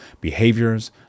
behaviors